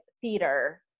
theater